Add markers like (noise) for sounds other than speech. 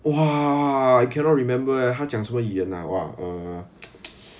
!wah! I cannot remember eh 他讲什么语言 ah !wah! uh (noise) (noise)